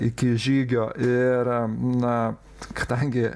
iki žygio ir na kadangi